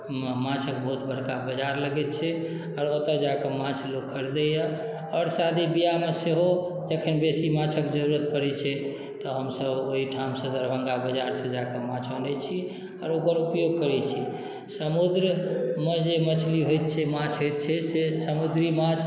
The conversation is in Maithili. माछक बहुत बड़का बजार लगैत छै आओर ओतऽ जा कऽ माछ लोक खरिदै यऽ आओर शादी बियाहमे सेहो एखन बेसी माछक जरुरत पड़ै छै तऽ हमसब ओइठामसं दरभङ्गा बजारसँ जा कऽ माछ अनै छी आओर ओकर उपयोग करै छी समुद्रमे जे मछली होइत छै माछ होइत छै से समुद्री माछ